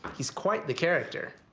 he's quite the character.